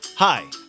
Hi